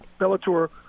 Bellator